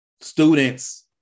Students